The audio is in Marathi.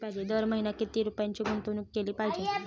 दर महिना किती रुपयांची गुंतवणूक केली पाहिजे?